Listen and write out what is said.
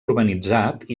urbanitzat